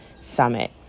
summit